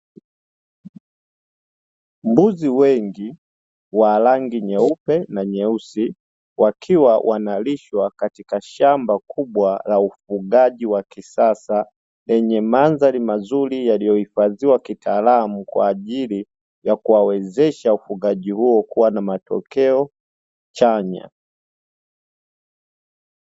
Mbuzi wengi wa rangi nyeupe na nyeusi wakiwa wanalishwa katika shamba kubwa la ufugaji wa kisasa, lenye mandhari mazuri yaliyo hifadhiwa kitaalamu kwa ajili ya kuwawezesha ufugaji huo kuwa na matokeo chanya.